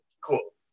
Cool